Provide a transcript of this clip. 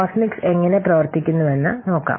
കോസ്മിക്സ് എങ്ങനെ പ്രവർത്തിക്കുന്നുവെന്ന് നോക്കാം